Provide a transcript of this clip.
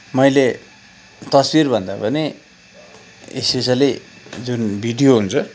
मैले तस्बिरभन्दा पनि स्पिसियल्ली जुन भिडियो हुन्छ